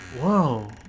Whoa